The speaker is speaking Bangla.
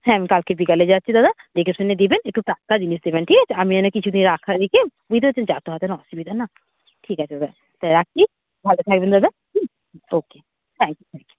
হ্যাঁ আমি কালকে বিকেলে যাচ্ছি দাদা দেখে শুনে দেবেন একটু টাটকা জিনিস দেবেন ঠিক আছে আমি যেন কিছু দিন রাখা রেখে বুঝতে পারছেন যাতায়াতের অসুবিধা না ঠিক আছে দাদা তা রাখি ভালো থাকবেন দাদা okay thank you thank you